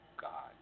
God